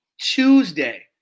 Tuesday